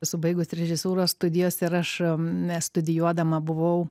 esu baigus režisūros studijos ir aš mes studijuodama buvau